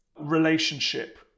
relationship